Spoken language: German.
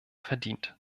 verdient